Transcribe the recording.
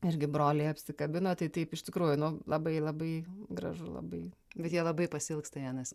irgi broliai apsikabino tai taip iš tikrųjų nu labai labai gražu labai bet jie labai pasiilgsta vienas